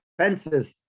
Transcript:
fences